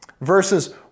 Verses